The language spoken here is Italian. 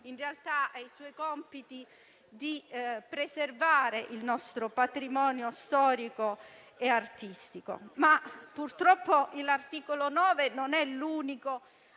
in realtà al compito di preservare il nostro patrimonio storico e artistico. Purtroppo, l'articolo 9 non è l'unico